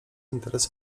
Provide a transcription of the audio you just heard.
interes